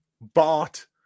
Bart